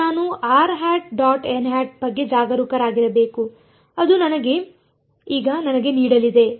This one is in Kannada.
ಈಗ ನಾನು ಬಗ್ಗೆ ಜಾಗರೂಕರಾಗಿರಬೇಕು ಅದು ಈಗ ನನಗೆ ನೀಡಲಿದೆ